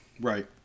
Right